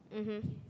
mmhmm